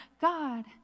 God